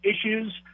issues